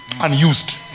unused